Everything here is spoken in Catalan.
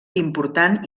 important